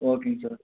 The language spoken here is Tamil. ஓகேங்க சார்